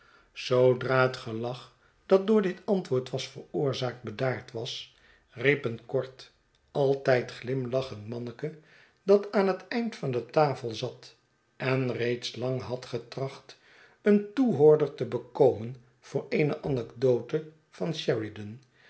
zoodra het gelach dat door dit antwoord was veroorzaakt bedaard was riep een kort altijd glimlachend manneke dat aan het eind van de tafel zat en reeds lang had getracht een toehoorder te bekomeh voor eene anekdole van sheridan